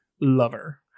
lover